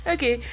Okay